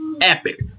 epic